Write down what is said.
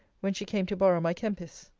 when she came to borrow my kempis.